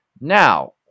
Now